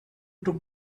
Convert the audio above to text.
took